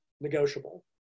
negotiable